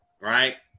right